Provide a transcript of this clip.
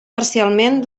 parcialment